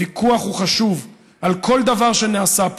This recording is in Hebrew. הוויכוח הוא חשוב על כל דבר שנעשה פה,